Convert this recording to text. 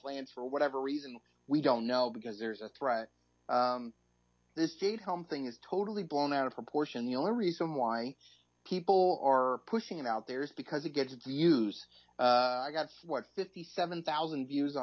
plans for whatever reason we don't know because there's a threat this state home thing is totally blown out of proportion the only reason why people are pushing him out there is because they get to use i got what fifty seven thousand views